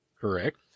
Correct